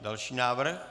Další návrh.